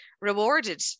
rewarded